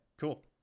Cool